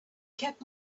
kept